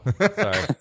sorry